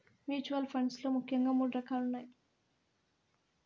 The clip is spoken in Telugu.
మ్యూచువల్ ఫండ్స్ లో ముఖ్యంగా మూడు రకాలున్నయ్